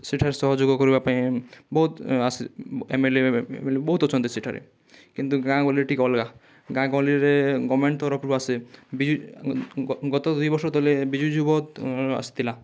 ସେଠାରେ ସହଯୋଗ କରିବା ପାଇଁ ବହୁତ ଏମ୍ ଏଲ୍ ଏ ବହୁତ ଅଛନ୍ତି ସେଠାରେ କିନ୍ତୁ ଗାଁ ଗାଉଁଲି ଟିକେ ଅଲଗା ଗାଁ ଗହଳିରେ ଗଭର୍ଣ୍ଣମେଣ୍ଟ୍ ତରଫରୁ ଆସେ ବୀଜ ଗତ ଦୁଇ ବର୍ଷ ତଳେ ବିଜୁ ଯୁବ ଆସିଥିଲା